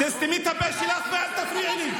תסתמי את הפה שלך ואל תפריעי לי.